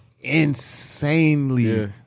insanely